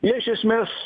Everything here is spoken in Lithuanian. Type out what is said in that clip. jie iš esmės